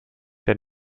der